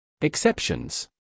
Exceptions